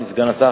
אדוני סגן השר,